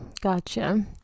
Gotcha